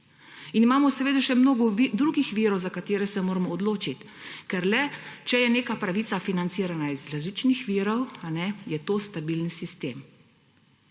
In imamo seveda še mnogo drugih virov, za katere se moramo odločiti, ker le v primeru, če je neka pravica financirana iz različnih virov, je to stabilen sistem.